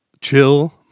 chill